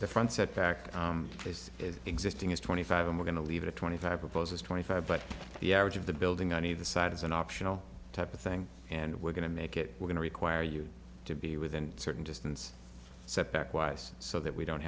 the front setback this is existing is twenty five i'm going to leave it at twenty five proposes twenty five but the average of the building on either side is an optional type of thing and we're going to make it we're going to require you to be within certain distance setback wise so that we don't